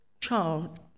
child